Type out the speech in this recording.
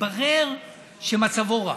התברר שמצבו רע.